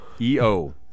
EO